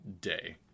day